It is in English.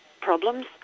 problems